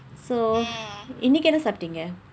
so இன்னைக்கு என்ன சாப்பிட்டீங்க:innaikku enna sappitdiingka